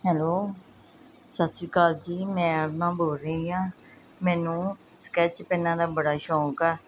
hello ਸਸਰੀਕਾਲ ਜੀ ਮੈਂ ਅਰੁਣਾ ਬੋਲ ਰਹੀ ਆਂ ਮੈਨੂੰ ਸਕੈਚ ਪੈੱਨਾਂ ਦਾ ਬੜਾ ਸ਼ੌਂਕ ਆ